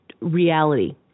reality